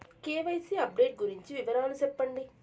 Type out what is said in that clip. KYC update గురించి వివరాలు సెప్పండి?